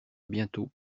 bientôt